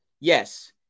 yes